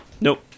Nope